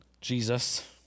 Jesus